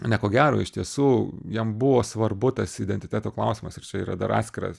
ne ko gero iš tiesų jam buvo svarbu tas identiteto klausimas ir čia yra dar atskiras